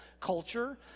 culture